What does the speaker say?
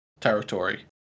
territory